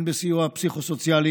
הן בסיוע פסיכו-סוציאלי,